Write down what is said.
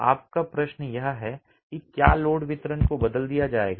आपका प्रश्न यह है कि क्या लोड वितरण को बदल दिया जाएगा